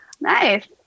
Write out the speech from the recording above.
Nice